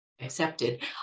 accepted